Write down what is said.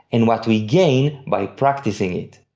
and what we gain by practicing it.